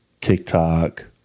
TikTok